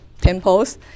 temples